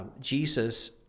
Jesus